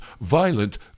violent